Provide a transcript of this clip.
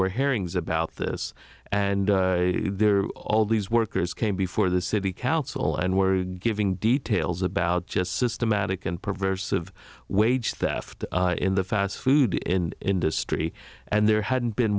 were hearings about this and all these workers came before the city council and were giving details about just systematic and perverse of wage theft in the fast food in industry and there hadn't been